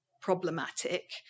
problematic